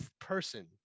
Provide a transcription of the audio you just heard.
person